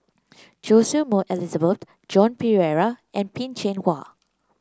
Choy Su Moi Elizabeth Joan Pereira and Peh Chin Hua